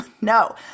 No